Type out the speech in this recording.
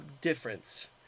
difference